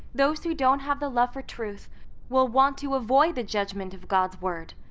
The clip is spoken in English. those who don't have the love for truth will want to avoid the judgment of god's word.